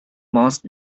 most